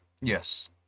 yes